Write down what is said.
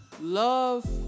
Love